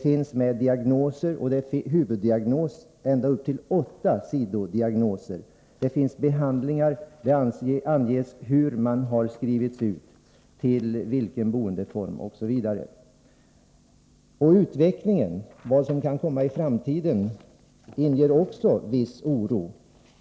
Där står huvuddiagnos och ända upp till åtta sidor diagnoser. Det finns uppgifter om behandlingar, det anges hur man har skrivits ut, till vilken boendeform osv. Utvecklingen inför framtiden inger också viss oro.